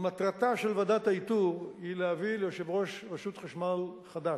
ומטרתה של ועדת האיתור היא להביא יושב-ראש רשות חשמל חדש.